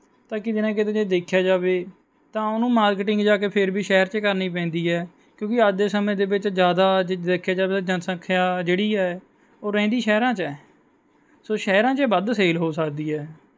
ਤਾਂ ਕਿਤੇ ਨਾ ਕਿਤੇ ਜੇ ਦੇਖਿਆ ਜਾਵੇ ਤਾਂ ਉਹਨੂੰ ਮਾਰਕੀਟਿੰਗ ਜਾ ਕੇ ਫਿਰ ਵੀ ਸ਼ਹਿਰ 'ਚ ਕਰਨੀ ਪੈਂਦੀ ਹੈ ਕਿਉਂਕਿ ਅੱਜ ਦੇ ਸਮੇਂ ਦੇ ਵਿੱਚ ਜ਼ਿਆਦਾ ਜੇ ਦੇਖਿਆ ਜਾਵੇ ਜਨਸੰਖਿਆ ਜਿਹੜੀ ਹੈ ਉਹ ਰਹਿੰਦੀ ਸ਼ਹਿਰਾਂ 'ਚ ਹੈ ਸੋ ਸ਼ਹਿਰਾਂ 'ਚ ਵੱਧ ਸੇਲ ਹੋ ਸਕਦੀ ਹੈ